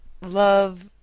love